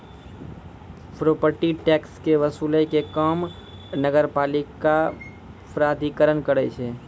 property tax के वसूलै के काम नगरपालिका प्राधिकरण करै छै